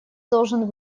должен